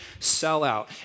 sellout